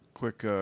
Quick